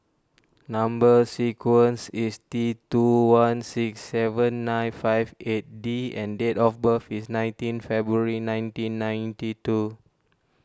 Number Sequence is T two one six seven nine five eight D and date of birth is nineteen February nineteen ninety two